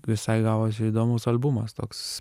visai gavosi įdomus albumas toks